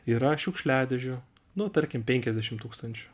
yra šiukšliadėžių nu tarkim penkiasdešim tūkstančių